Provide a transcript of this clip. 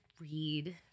read